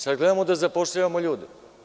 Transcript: Sada gledamo da zapošljavamo ljude.